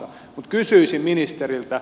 mutta kysyisin ministeriltä